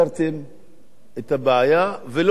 את הבעיה ולא הגעתם לסיכומים.